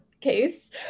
case